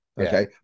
okay